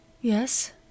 Yes